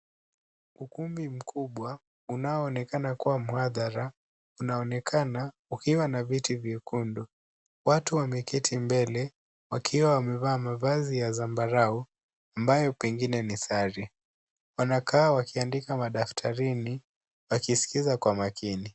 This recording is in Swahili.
Ukumbi mkubwa unaoonekana kuwa mhadhara, inaonekana ikiwa na viti vyekundu. Watu wameketi mbele wakiwa wamevaa mavazi ya zambarau ambayo pengine ni sare. Wanakaa wakiandika madaftarini, wakiskiza kwa makini.